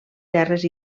terres